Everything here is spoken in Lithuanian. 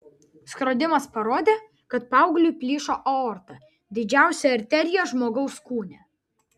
skrodimas parodė kad paaugliui plyšo aorta didžiausia arterija žmogaus kūne